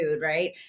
right